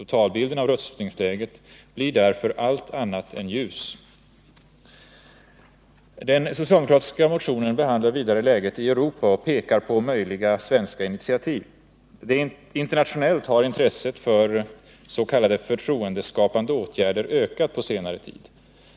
Totalbilden av rustningsläget blir därför allt annat än ljus. Den socialdemokratiska motionen behandlar vidare läget i Europa och pekar på möjliga svenska initiativ. Internationellt har intresset för s.k. förtroendeskapande åtgärder ökat på senare tid.